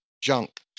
junk